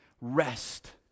Rest